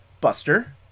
Buster